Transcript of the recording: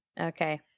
Okay